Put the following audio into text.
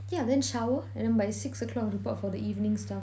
yeah then shower and then by six o'clock report for the evening stuff